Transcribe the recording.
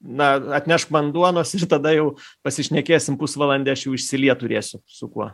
na atnešk man duonos ir tada jau pasišnekėsim pusvalandį aš jau išsiliet turėsiu su kuo